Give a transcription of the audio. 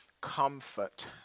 comfort